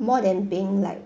more than being like